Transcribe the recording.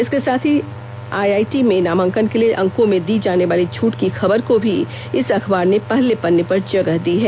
इसके साथ आईआईटी में नामांकन के लिए अंकों में दी जानेवाली छूट की खबर को भी इस अंखबार ने पहले पन्ने पर जगह दी है